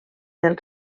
del